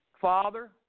Father